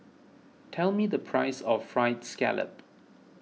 tell me the price of Fried Scallop